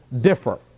differ